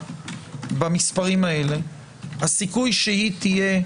הצפי כרגע,